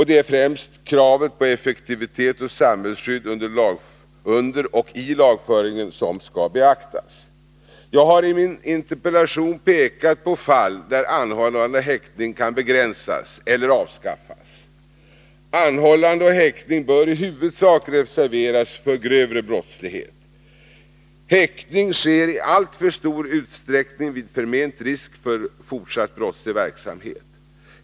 Det är främst kravet på effektivitet och samhällsskydd under och i lagföringen som skall beaktas. Jag har i min interpellation pekat på fall där anhållande och häktning kan begränsas eller avskaffas. Anhållande och häktning bör i huvudsak reserveras för grövre brottslighet. Häktning sker i alltför stor utsträckning vid förment risk för fortsatt brottslig verksamhet.